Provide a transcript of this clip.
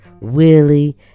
Willie